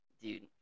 Dude